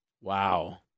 Wow